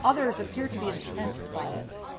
others appear to be incensed by it.